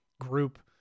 group